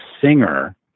singer